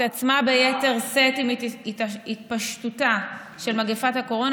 התעצמה ביתר שאת עם התפשטותה של מגפת הקורונה,